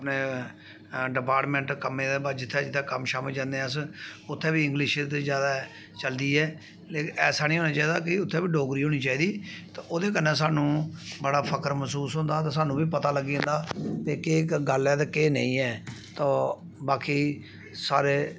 अपने डिपार्टमेंट कम्मे दे जित्थै जित्थै कम्म शम जन्ने आं अस उत्थै बी इंग्लिश दी जैदा चलदी ऐ लेकिन ऐसा निं होना चाहिदा कि उत्थै बी डोगरी होनी चाहिदी ते ओह्दे कन्नै सानूं बड़ा फकर मसूस होंदा ते सानूं बी पता लग्गी जंदा केह् गल्ल ऐ ते केह् निं ऐ ते बाकी सारे